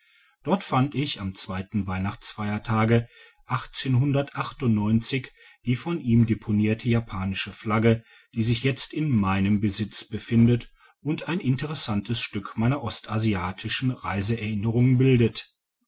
dort fand ich am weihnachtsfeier tage die von ihm deponierte japanische flagge die sich jetzt in meinem besitze befindet und ein interessantes stück meiner ostasiatischen reiseerinnerungen bildet